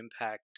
impact